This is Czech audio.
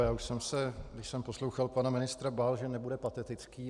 Já už jsem se, když jsem poslouchal pana ministra, bál, že nebude patetický.